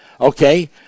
Okay